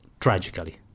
tragically